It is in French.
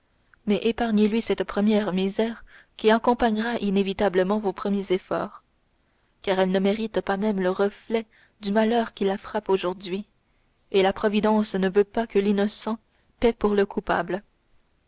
mais épargnez lui cette première misère qui accompagnera inévitablement vos premiers efforts car elle ne mérite pas même le reflet du malheur qui la frappe aujourd'hui et la providence ne veut pas que l'innocent paie pour le coupable